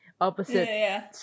opposite